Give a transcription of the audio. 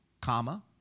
comma